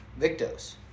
Victos